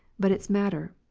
but its matter.